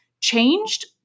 changed